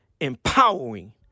empowering